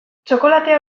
txokolatea